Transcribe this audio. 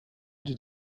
did